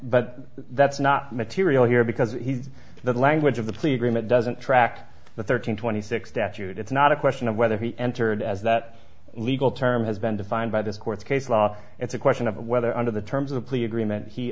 but that's not material here because he's the language of the plea agreement doesn't track the thirteen twenty six statute it's not a question of whether he entered as that legal term has been defined by the court case law it's a question of whether under the terms of a plea agreement he